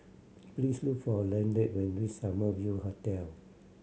please look for Lanette when reach Summer View Hotel